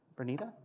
Bernita